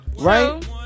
Right